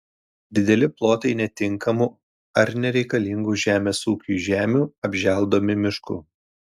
dideli plotai netinkamų ar nereikalingų žemės ūkiui žemių apželdomi mišku